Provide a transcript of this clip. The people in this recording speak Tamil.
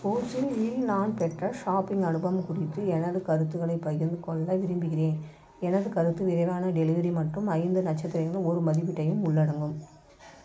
கூவ்ஸ் இல் நான் பெற்ற ஷாப்பிங் அனுபவம் குறித்து எனது கருத்துகளைப் பகிர்ந்துக் கொள்ள விரும்புகிறேன் எனது கருத்து விரைவான டெலிவரி மற்றும் ஐந்து நட்சத்திரங்களில் ஒரு மதிப்பீட்டையும் உள்ளடங்கும்